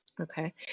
Okay